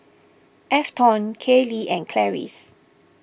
Afton Kailey and Clarice